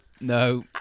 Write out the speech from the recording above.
no